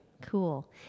Cool